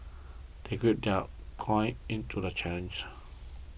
they gird their into the challenge